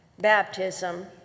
Baptism